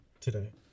today